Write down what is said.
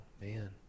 man